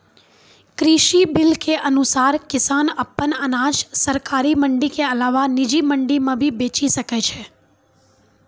कृषि बिल के अनुसार किसान अप्पन अनाज सरकारी मंडी के अलावा निजी मंडी मे भी बेचि सकै छै